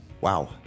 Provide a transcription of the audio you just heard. wow